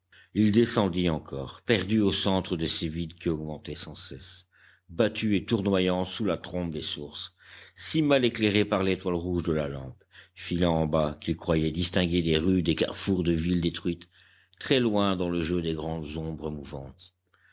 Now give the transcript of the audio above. il descendit encore perdu au centre de ces vides qui augmentaient sans cesse battu et tournoyant sous la trombe des sources si mal éclairé par l'étoile rouge de la lampe filant en bas qu'il croyait distinguer des rues des carrefours de ville détruite très loin dans le jeu des grandes ombres mouvantes